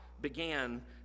began